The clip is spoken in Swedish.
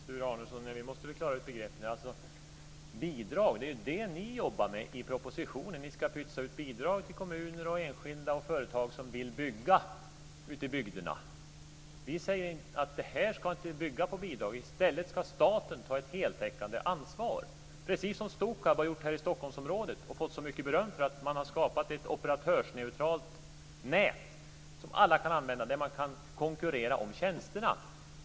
Fru talman! Nu måste vi, Sture Arnesson, klara ut begreppen. Bidrag är det ni jobbar med i propositionen. Ni ska pytsa ut bidrag till kommuner, enskilda och företag som vill bygga ute i bygderna. Vi säger att det här inte ska bygga på bidrag. I stället ska staten ta ett heltäckande ansvar, precis som Stokab har gjort här i Stockholmsområdet och fått så mycket beröm för att man har skapat ett operatörsneutralt nät som alla kan använda, där man kan konkurrera om tjänsterna.